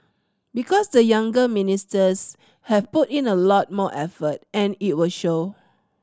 because the younger ministers have put in a lot more effort and it will show